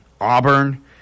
Auburn